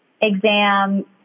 exam